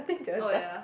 oh ya